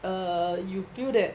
um you there